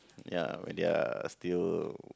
ya when they're still